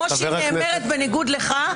היא מנסה לדעתי לענות לכם,